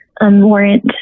warrant